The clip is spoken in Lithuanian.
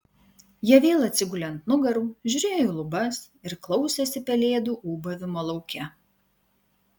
jie vėl atsigulė ant nugarų žiūrėjo į lubas ir klausėsi pelėdų ūbavimo lauke